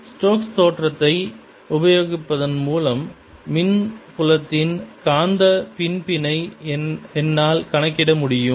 Stokes தேற்றத்தை உபயோகிப்பதன் மூலம் மின்புலத்தின் காந்த பண்பினை என்னால் கணக்கிட முடியும்